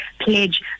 pledge